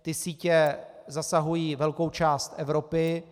Ty sítě zasahují velkou část Evropy.